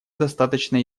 достаточно